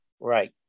Right